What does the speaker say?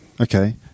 okay